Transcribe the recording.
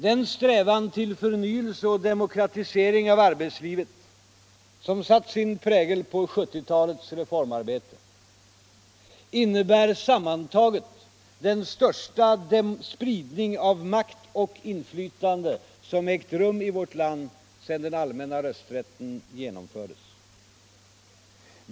Den strävan till förnyelse och demokratisering av arbetslivet som satt sin prägel på 1970-talets reformarbete innebär sammantaget den största spridning av makt och inflytande som ägt rum i vårt land sedan den allmänna rösträtten genomfördes.